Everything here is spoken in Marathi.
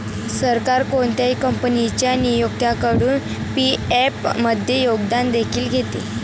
सरकार कोणत्याही कंपनीच्या नियोक्त्याकडून पी.एफ मध्ये योगदान देखील घेते